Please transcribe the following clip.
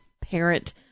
parent